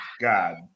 God